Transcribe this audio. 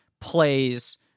plays